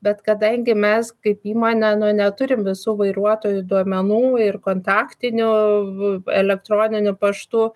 bet kadangi mes kaip įmonė nu neturim visų vairuotojų duomenų ir kontaktinių elektroniniu paštu